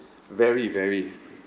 very very